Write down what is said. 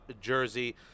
Jersey